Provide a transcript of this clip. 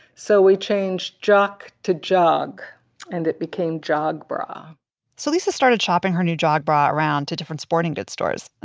so we changed jock to jog and it became jog bra so lisa started shopping her new jog bra around to different sporting goods stores.